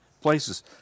places